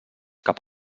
cap